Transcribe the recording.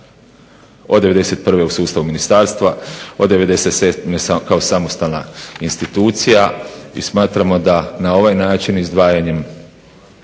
'91. u sustavu ministarstva od '97. kao samostalna institucija i smatramo da na ovaj način izdvajanjem